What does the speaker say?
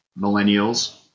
millennials